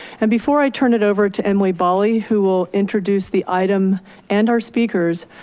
and before i turn it over to emily balli who will introduce the item and our speakers,